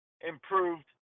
improved